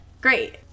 Great